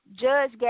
Judge